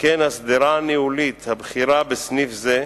שכן השדרה הניהולית הבכירה בסניף זה,